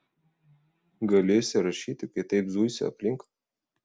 galėsi rašyti kai taip zuisiu aplink